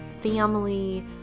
family